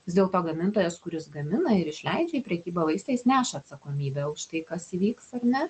vis dėlto gamintojas kuris gamina ir išleidžia į prekybą vaistais neša atsakomybę už tai kas įvyks ar ne